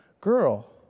girl